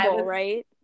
right